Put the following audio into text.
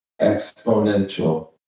exponential